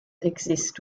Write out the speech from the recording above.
exist